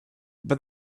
but